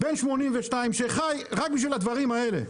בן 82 שחי רק בשביל הדברים האלה.